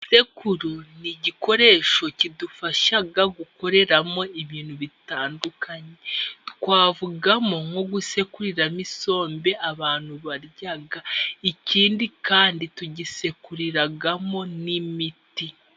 Isekuru ni igikoresho kidufasha gukoreramo ibintu bitandukanye, twavugamo nko gusekuriramo isombe abantu barya, ikindi kandi tuyisekuriramo n'imiti.